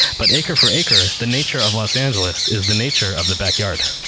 but acre for acre, the nature of los angeles is the nature of the backyard.